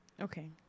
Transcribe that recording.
Okay